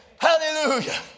Hallelujah